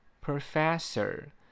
Professor